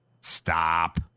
stop